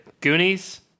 Goonies